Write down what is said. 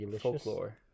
folklore